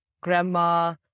grandma